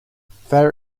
fair